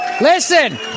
Listen